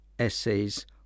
essays